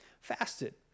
fasted